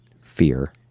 fear